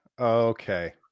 Okay